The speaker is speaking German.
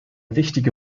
wichtige